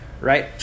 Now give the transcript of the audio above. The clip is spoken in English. right